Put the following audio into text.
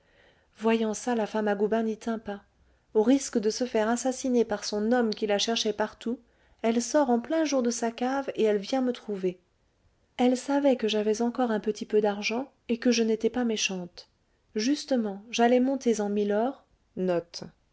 voyant ça la femme à goubin n'y tient pas au risque de se faire assassiner par son homme qui la cherchait partout elle sort en plein jour de sa cave et elle vient me trouver elle savait que j'avais encore un petit peu d'argent et que je n'étais pas méchante justement j'allais monter en milord